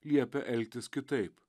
liepia elgtis kitaip